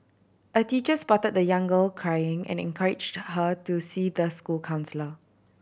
a teacher spotted the young girl crying and encouraged her to see the school counsellor